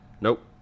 Nope